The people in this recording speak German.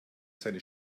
seine